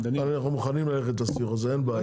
אנחנו מוכנים ללכת לסיור הזה אין בעיה.